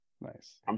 Nice